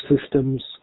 systems